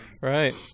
Right